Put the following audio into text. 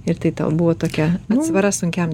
ir tai tau buvo tokia atsvara sunkiausiam